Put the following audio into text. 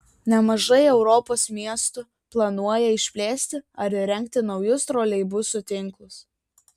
nemažai europos miestų planuoja išplėsti ar įrengti naujus troleibusų tinklus